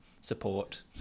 support